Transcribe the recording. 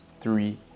three